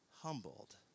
humbled